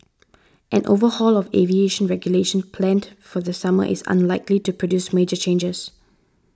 an overhaul of aviation regulation planned for the summer is unlikely to produce major changes